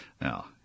Now